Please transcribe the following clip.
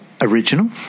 original